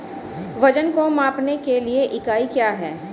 वजन को मापने के लिए इकाई क्या है?